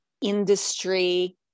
industry